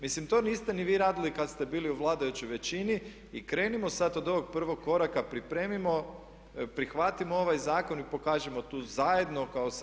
Mislim to niste ni vi radili kad ste bili u vladajućoj većini i krenimo sada od ovog prvog koraka, pripremimo, prihvatimo ovaj zakon i pokažimo tu zajedno kao Sabor tu poruku.